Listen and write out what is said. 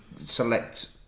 select